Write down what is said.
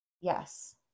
Yes